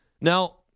Now